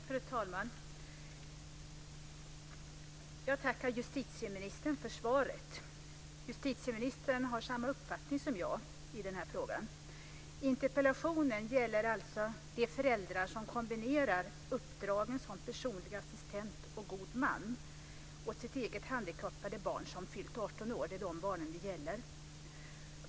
Fru talman! Jag tackar justitieministern för svaret. Justitieministern har samma uppfattning som jag i den här frågan. Interpellationen gäller alltså de föräldrar som kombinerar uppdragen som personlig assistent och god man åt sitt eget handikappade barn som fyllt 18 år. Det är de barnen det gäller.